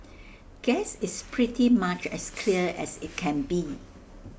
guess it's pretty much as clear as IT can be